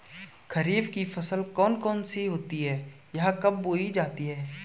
खरीफ की फसल कौन कौन सी होती हैं यह कब बोई जाती हैं?